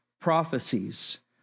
prophecies